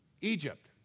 Egypt